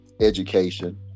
education